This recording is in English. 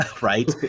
right